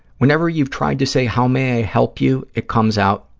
whenever you've tried to say, how may i help you, it comes out,